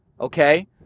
okay